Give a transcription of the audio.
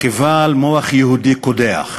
כבעל מוח יהודי קודח.